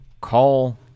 call